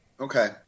Okay